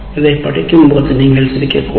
இதைப் படிக்கும்போது நீங்கள் சிரிக்க கூடும்